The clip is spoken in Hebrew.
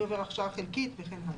מי עובר הכשרה חלקית וכן הלאה.